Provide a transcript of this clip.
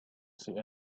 see